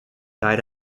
died